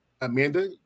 Amanda